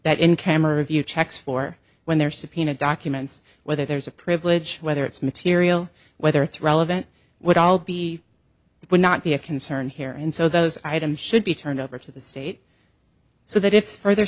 that in camera view checks for when they're subpoenaed documents whether there's a privilege whether it's material whether it's relevant would all be it would not be a concern here and so those items should be turned over to the state so that if further